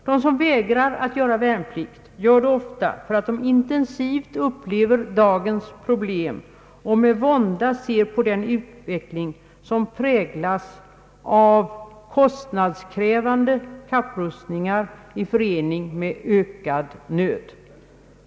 De som vägrar att göra värnplikt gör det ofta för att de intensivt upplever dagens problem och med vånda ser på den utveckling som präglas av kostnadskrävande kapprustningar i förening med ökad nöd.